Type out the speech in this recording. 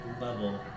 level